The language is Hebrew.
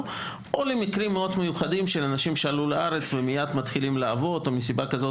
או למקרים מיוחדים של אנשים שעלו לארץ ומייד מתחילים לעבור או מסיבה זו